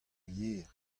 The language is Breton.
yer